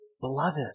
beloved